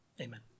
amen